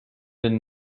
den